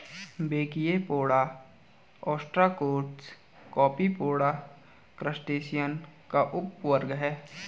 brachiopoda, ostracods, copepoda, crustacean का उपवर्ग है